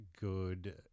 Good